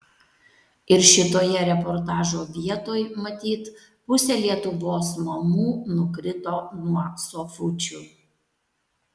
ir šitoje reportažo vietoj matyt pusė lietuvos mamų nukrito nuo sofučių